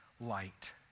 light